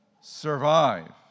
survive